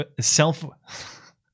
Self